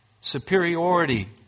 Superiority